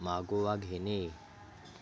मागोवा घेणे